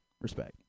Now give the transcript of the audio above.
Respect